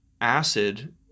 acid